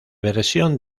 versión